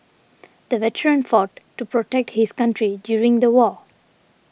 the veteran fought to protect his country during the war